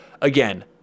again